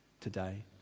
today